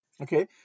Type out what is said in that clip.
Okay